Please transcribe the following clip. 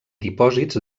dipòsits